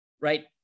right